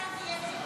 התשפ"ה 2024,